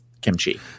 kimchi